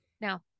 Now